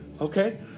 Okay